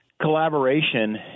collaboration